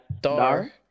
Dar